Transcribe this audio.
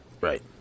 Right